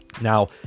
now